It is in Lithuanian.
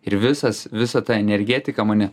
ir visas visa ta energetika mane